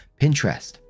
Pinterest